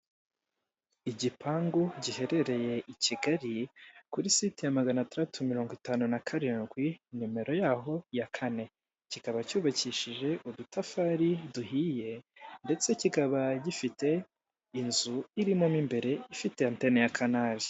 Igipangu giherereye i Kigali, kuri site ya magana atandatu, mirongo itanu na karindwi, nimero yaho ya kane. Kikaba cyubakishije udutafari duhiye, ndetse kikaba gifite inzu irimo mo imbere, ifite antene ya kanari.